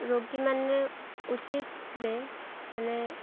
ରୋଗୀମାନେ ଉଚିତରେ ମାନେ